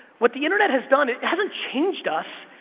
what the internet has done, it hasn't changed us,